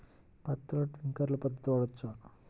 పత్తిలో ట్వింక్లర్ పద్ధతి వాడవచ్చా?